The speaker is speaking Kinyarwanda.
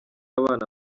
abana